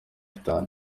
itanu